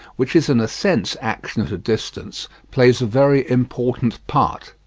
which is in a sense action at a distance, plays a very important part.